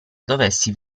dovessi